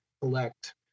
collect